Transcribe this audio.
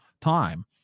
time